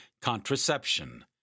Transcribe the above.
contraception